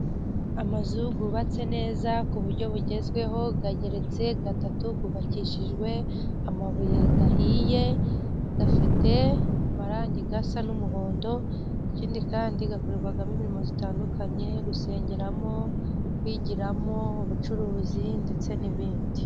Amazu yubatse neza ku buryo bugezweho ageretse gatatu yubakishijwe amabuye ahiye, afite amarangi asa n' umuhondo ikindi kandi akorerwagamo imirimo itandukanye gusengeramo, kwigiramo ubucuruzi ndetse n' ibindi...